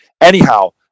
Anyhow